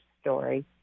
story